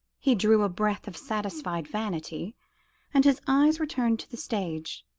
he drew a breath of satisfied vanity and his eyes returned to the stage.